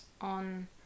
on